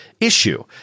issue